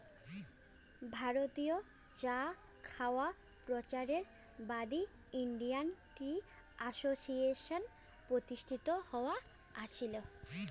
ভারতীয় চা খাওয়ায় প্রচারের বাদী ইন্ডিয়ান টি অ্যাসোসিয়েশন প্রতিষ্ঠিত হয়া আছিল